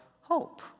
hope